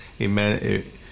Amen